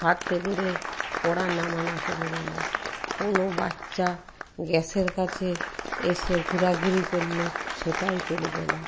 হাতে করে কড়া নামানো চলবে না কোনও বাচ্চা গ্যাসের কাছে এসে ঘোরাঘুরি করলে সেটাও চলবে না